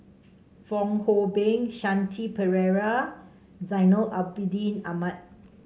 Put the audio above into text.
Fong Hoe Beng Shanti Pereira Zainal Abidin Ahmad